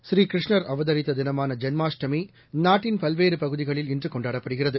ஸ்ரீகிருஷ்ணர் அவதரித்ததினமானஜென்மாஷ்டமிநாட்டின் பல்வேறுபகுதிகளில் இன்றுகொண்டாடப்படுகிறது